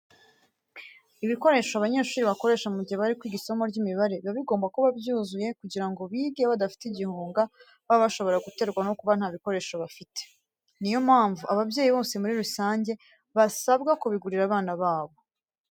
Ibikoresho abanyeshuri bakoresha mu gihe bari kwiga isomo ry'imibare, biba bigomba kuba byuzuye kugira ngo bige badafite igihunga baba bashobora guterwa no kuba nta bikoresho bafite. Ni yo mpamvu ababyeyi bose muri rusange basabwa kubigurira abana babo.